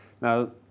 Now